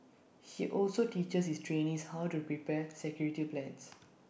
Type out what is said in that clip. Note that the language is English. he also teaches his trainees how to prepare security plans